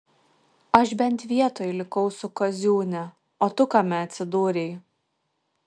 aš bent vietoj likau su kaziūne o tu kame atsidūrei